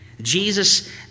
Jesus